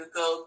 go